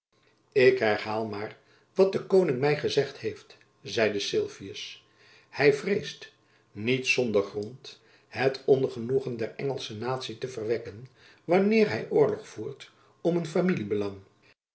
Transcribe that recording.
ik herhaal maar wat de koning my gezegd heeft zeide sylvius hy vreest niet zonder grond het ongenoegen der engelsche natie te verwekken wanneer hy oorlog voert om een familiebelang